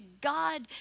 God